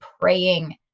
praying